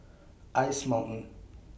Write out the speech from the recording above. Ice Mountain